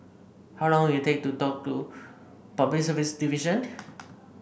how long will it take to talk to Public Service Division